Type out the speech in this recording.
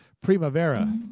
Primavera